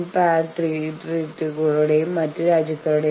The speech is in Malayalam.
ആപ് മത് ആപ് യേസ മത് കഹിയേ